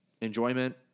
enjoyment